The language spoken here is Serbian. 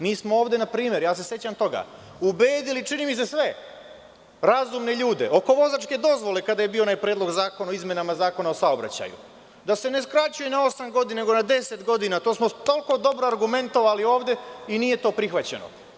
Mi smo ovde ubedili sve razumne ljude, oko vozačke dozvole, kada je bio onaj predlog zakona o izmenama Zakona o saobraćaju, da se ne skraćuje na osam godina nego na 10 godina i to smo toliko dobro argumentovali ovde i nije to prihvaćeno.